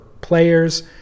players